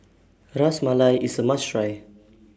Ras Malai IS A must Try